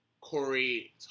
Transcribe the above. Corey